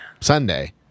Sunday